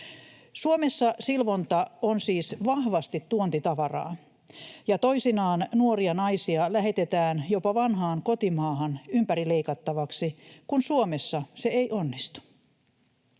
Suomessa silvonta on siis vahvasti tuontitavaraa, ja toisinaan nuoria naisia lähetetään jopa vanhaan kotimaahan ympärileikattavaksi, kun Suomessa se ei onnistu.